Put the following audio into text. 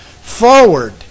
forward